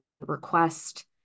request